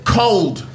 cold